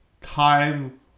time